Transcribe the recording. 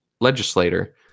legislator